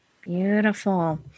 Beautiful